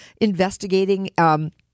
investigating